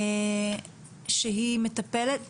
שהיא מטפלת,